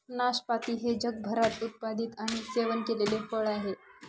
नाशपाती हे जगभरात उत्पादित आणि सेवन केलेले फळ आहे